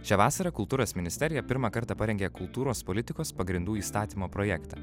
šią vasarą kultūros ministerija pirmą kartą parengė kultūros politikos pagrindų įstatymo projektą